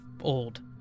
old